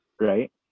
right